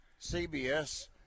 CBS